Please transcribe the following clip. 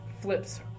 flips